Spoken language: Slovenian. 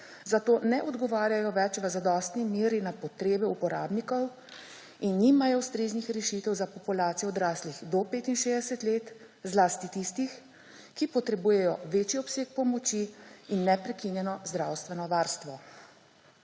zato ne odgovarjajo več v zadostni meri na potrebe uporabnikov in nimajo ustreznih rešitev za populacijo odraslih do 65 let, zlasti tistih, ki potrebujejo večji obseg pomoči in neprekinjeno zdravstveno varstvo